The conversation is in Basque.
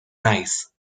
naiz